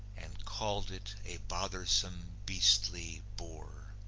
and called it a bothersome, beastly bore.